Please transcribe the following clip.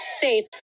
safe